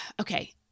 Okay